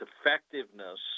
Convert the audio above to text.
effectiveness